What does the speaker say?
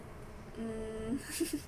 mm